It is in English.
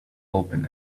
open